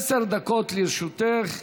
עשר דקות לרשותך.